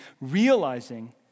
realizing